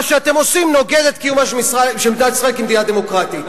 מה שאתם עושים נוגד את קיומה של מדינת ישראל כמדינה דמוקרטית.